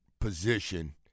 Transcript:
position